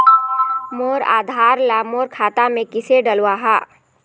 मोर आधार ला मोर खाता मे किसे डलवाहा?